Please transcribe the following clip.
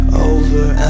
over